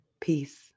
Peace